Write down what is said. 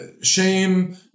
shame